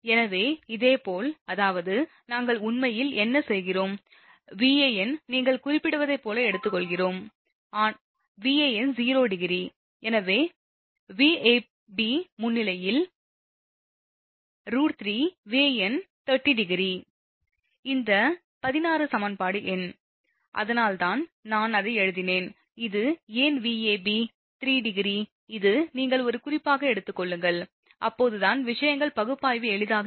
எனவே இதேபோல் அதாவது நாங்கள் உண்மையில் என்ன செய்கிறோம் வான் நீங்கள் குறிப்பிடுவதைப் போல எடுத்துக்கொள்கிறோம் வான் 0° எனவே வாப் உண்மையில் √3Van∠30° இந்த 16 சமன்பாடு எண் அதனால் தான் நான் அதை எழுதினேன் இது ஏன் Vab √3° இது நீங்கள் ஒரு குறிப்பாக எடுத்துக் கொள்ளுங்கள் அப்போதுதான் விஷயங்கள் பகுப்பாய்வு எளிதாக இருக்கும்